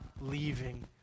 leaving